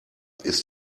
ist